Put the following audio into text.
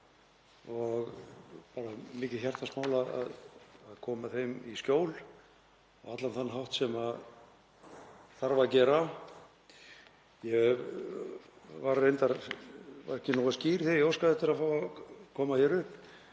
okkur mikið hjartans mál að koma þeim í skjól á allan þann hátt sem þarf að gera. Ég var reyndar ekki nógu skýr þegar ég óskaði eftir að fá að koma hér upp.